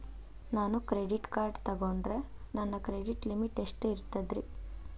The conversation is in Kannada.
ನಾನು ಕ್ರೆಡಿಟ್ ಕಾರ್ಡ್ ತೊಗೊಂಡ್ರ ನನ್ನ ಕ್ರೆಡಿಟ್ ಲಿಮಿಟ್ ಎಷ್ಟ ಇರ್ತದ್ರಿ?